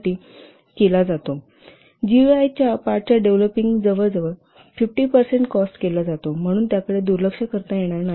जितका कॉस्ट केला जातो तितकाच एफोर्ट पहा जीयूआय च्या पार्टच्या डेव्हलपिंग जवळजवळ 50 परसेन्ट कॉस्ट केला जातो म्हणून त्याकडे दुर्लक्ष करता येणार नाही